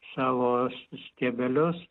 savo stiebelius